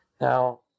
Now